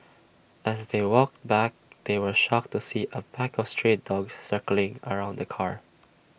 as they walked back they were shocked to see A pack of stray dogs circling around the car